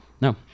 No